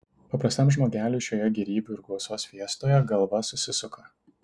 paprastam žmogeliui šioje gėrybių ir gausos fiestoje galva susisuka